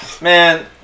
man